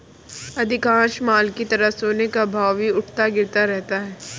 अधिकांश माल की तरह सोने का भाव भी उठता गिरता रहता है